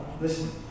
listen